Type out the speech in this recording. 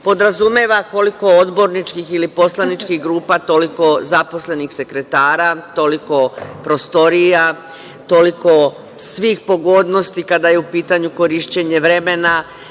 Podrazumeva koliko odborničkih ili poslaničkih grupa toliko zaposlenih sekretara, toliko prostorija, toliko svih pogodnosti kada je u pitanju korišćenje vremena,